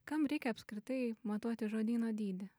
kam reikia apskritai matuoti žodyno dydį